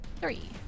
Three